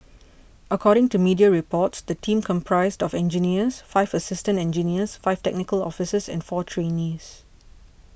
according to media reports the team comprised of engineers five assistant engineers five technical officers and four trainees